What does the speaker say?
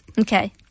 Okay